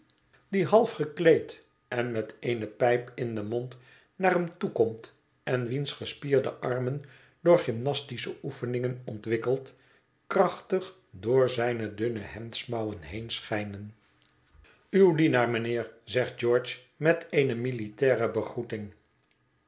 die half gekleed en met eene pijp in den mond naar hem toe komt en wiens gespierde armen door gymnastische oefeningen ontwikkeld krachtig door zijne dunne hemdsmouwen heen schijnen qw dienaar mijnheer zegt george met eene militaire begroeting